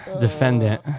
Defendant